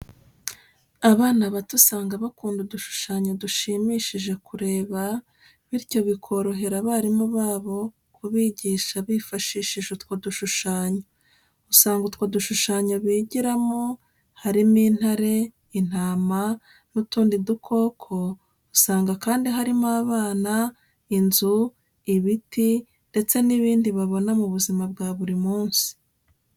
Abana bato usanga bakunda udushushanyo dushimishije kureba, bityo bikorohera abarimu babo kubigisha bifashishije utwo dushushanyo. Usanga utwo dushushanyo bigiramo harimo intare, intama n'utundi dukoko, usanga kandi harimo abana, inzu, ibiti, ndetse n'ibindi babona mu buzima bwa buri munsi.